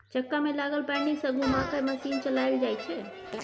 चक्का में लागल पैडिल सँ घुमा कय मशीन चलाएल जाइ छै